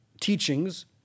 teachings